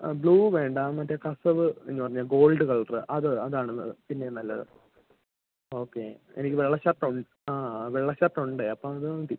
blue വേണ്ട മറ്റേ കസവ് എന്നു പറഞ്ഞാൽ ഗോൾഡ് കളർ അത് അതാണ് പിന്നേയും നല്ലത് ഓക്കെ എനിക്ക് വെള്ള ഷർട്ട് ഉണ്ട് ആ വെള്ള ഷർട്ട് ഉണ്ട് അപ്പോൾ അത് മതി